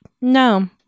No